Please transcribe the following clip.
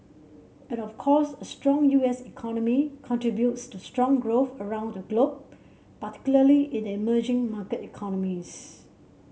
and of course a strong U S economy contributes to strong growth around the globe particularly in the emerging market economies